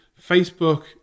Facebook